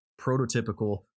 prototypical